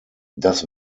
das